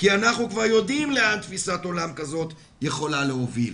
כי אנחנו כבר יודעים לאן תפיסת עולם כזאת יכולה להוביל".